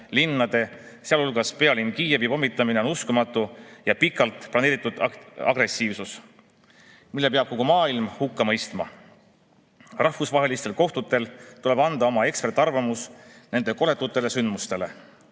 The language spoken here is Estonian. linnade, sealhulgas pealinn Kiievi pommitamine on uskumatu ja pikalt planeeritud agressiivsus, mille peab kogu maailm hukka mõistma. Rahvusvahelistel kohtutel tuleb anda oma ekspertarvamus nendele koletutele sündmustele.